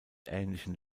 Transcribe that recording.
ähnlichen